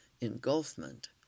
engulfment